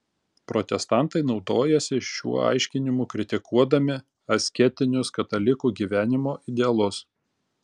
protestantai naudojasi šiuo aiškinimu kritikuodami asketinius katalikų gyvenimo idealus